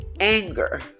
anger